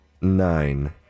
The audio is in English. Nine